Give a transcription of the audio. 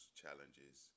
challenges